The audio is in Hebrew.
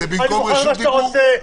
אני מוכן למה שאתה רוצה,